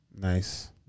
Nice